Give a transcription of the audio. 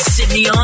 Sydney